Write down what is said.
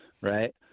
right